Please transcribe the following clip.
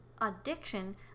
addiction